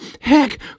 Heck